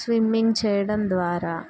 swimming చేయడం ద్వారా